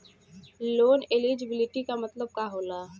Loan eligibility का मतलब का होला?